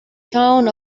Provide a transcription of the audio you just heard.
town